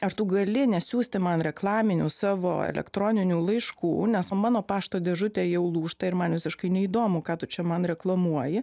ar tu gali nesiųsti man reklaminių savo elektroninių laiškų nes mano pašto dėžutė jau lūžta ir man visiškai neįdomu ką tu čia man reklamuoji